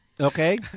Okay